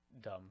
dumb